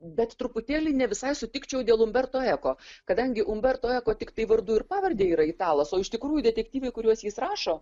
bet truputėlį ne visai sutikčiau dėl umberto eko kadangi umberto eko ko tiktai vardu ir pavarde yra italas o iš tikrųjų detektyvai kuriuos jis rašo